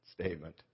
statement